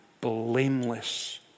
blameless